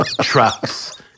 trucks